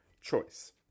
choice